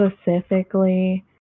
specifically